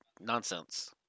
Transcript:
nonsense